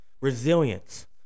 resilience